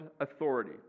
authority